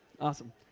Awesome